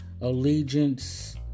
allegiance